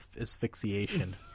asphyxiation